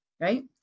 right